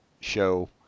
show